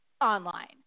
online